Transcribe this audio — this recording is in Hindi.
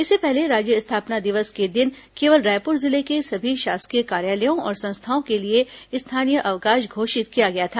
इससे पहले राज्य स्थापना दिवस के दिन केवल रायपुर जिले के सभी शासकीय कार्यालयों और संस्थाओं के लिए स्थानीय अवकाश घोषित किया गया था